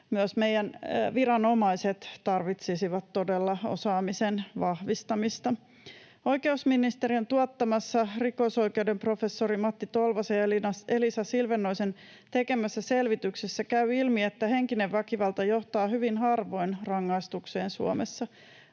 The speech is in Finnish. Myös meidän viranomaiset tarvitsisivat todella osaamisen vahvistamista. Oikeusministeriön tuottamassa rikosoikeuden professori Matti Tolvasen ja Elisa Silvennoisen tekemässä selvityksessä käy ilmi, että henkinen väkivalta johtaa hyvin harvoin rangaistukseen Suomessa.